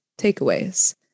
takeaways